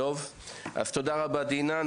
תודה רבה דינה.